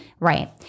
Right